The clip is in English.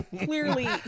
Clearly